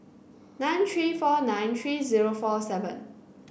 nine three four nine three zero four seven